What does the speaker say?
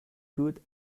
good